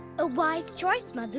a wise choice, madhu.